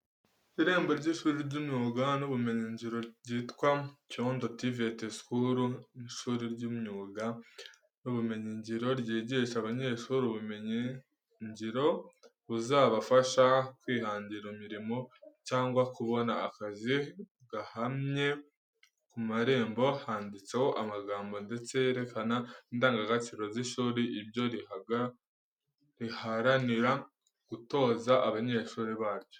Irembo ry’ishuri ry’imyuga n’ubumenyingiro ryitwa:"CYONDO TVET SCHOOL." Ni ishuri ry’imyuga n’ubumenyingiro ryigisha abanyeshuri ubumenyi ngiro buzabafasha kwihangira imirimo cyangwa kubona akazi gahamye. Ku marembo handitseho amagambo ndetse yerekana indangagaciro z’ishuri, ibyo riharanira gutoza abanyeshuri baryo.